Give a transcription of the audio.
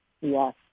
Yes